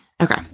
Okay